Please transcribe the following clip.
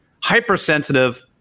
hypersensitive